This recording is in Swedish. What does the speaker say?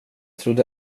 trodde